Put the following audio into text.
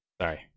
sorry